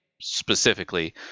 specifically